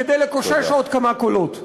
כדי לקושש עוד כמה קולות.